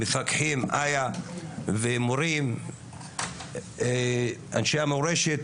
מפקחים, איה, ומורים, אנשי המורשת.